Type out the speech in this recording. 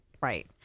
Right